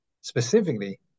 specifically